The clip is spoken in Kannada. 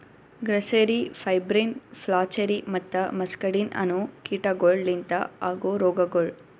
ಗ್ರಸ್ಸೆರಿ, ಪೆಬ್ರೈನ್, ಫ್ಲಾಚೆರಿ ಮತ್ತ ಮಸ್ಕಡಿನ್ ಅನೋ ಕೀಟಗೊಳ್ ಲಿಂತ ಆಗೋ ರೋಗಗೊಳ್